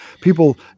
people